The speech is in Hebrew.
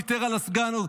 ויתר על הסגן,